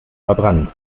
verbrannt